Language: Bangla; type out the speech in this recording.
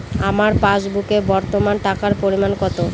আমার পাসবুকে বর্তমান টাকার পরিমাণ কত?